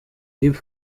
hip